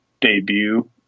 debut